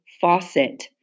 faucet